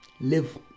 live